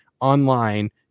online